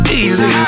easy